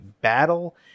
battle